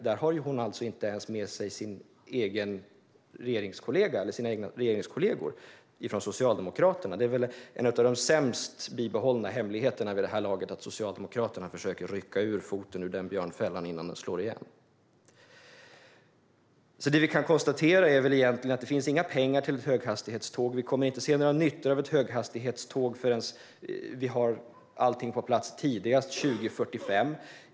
Men där har Karin Svensson Smith inte ens med sig sina regeringskollegor från Socialdemokraterna. Det är väl en av de sämst bevarade hemligheterna vid det här laget att Socialdemokraterna försöker rycka foten ur den björnfällan innan den slår igen. Vi kan alltså konstatera att det inte finns några pengar till höghastighetståg. Vi kommer inte att se några nyttor av höghastighetståg förrän allt är på plats, tidigast år 2045.